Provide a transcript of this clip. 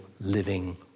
living